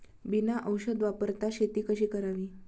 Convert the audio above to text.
बिना औषध वापरता शेती कशी करावी?